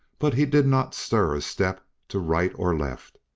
but he did not stir a step to right or left.